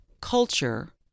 culture